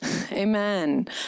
Amen